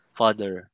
father